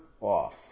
off